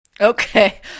Okay